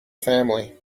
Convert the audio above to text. family